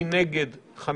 מי נגד?